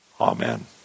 Amen